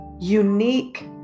unique